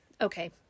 okay